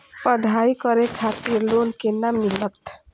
पढ़ाई करे खातिर लोन केना मिलत?